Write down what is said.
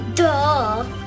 duh